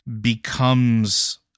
becomes